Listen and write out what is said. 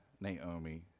Naomi